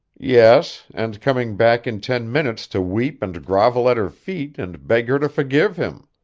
yes, and coming back in ten minutes to weep and grovel at her feet and beg her to forgive him.